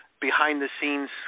behind-the-scenes